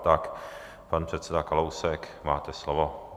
Tak, pane předsedo Kalousku, máte slovo.